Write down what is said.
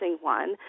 one